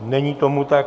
Není tomu tak.